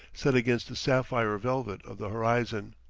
set against the sapphire velvet of the horizon.